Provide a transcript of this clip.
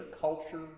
culture